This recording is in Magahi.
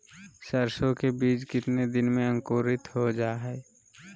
सरसो के बीज कितने दिन में अंकुरीत हो जा हाय?